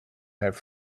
have